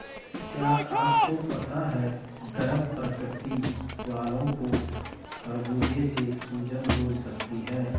क्या आपको पता है गर्म प्रकृति वालो को खरबूजे से सूजन हो सकती है?